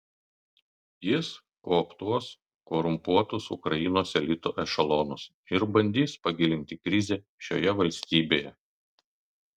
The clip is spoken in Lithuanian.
jis kooptuos korumpuotus ukrainos elito ešelonus ir bandys pagilinti krizę šioje valstybėje